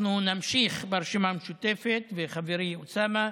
אנחנו נמשיך, ברשימה המשותפת, ועם חברי אוסאמה,